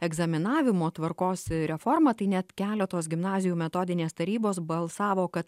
egzaminavimo tvarkos reforma tai net keletos gimnazijų metodinės tarybos balsavo kad